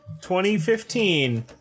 2015